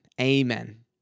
Amen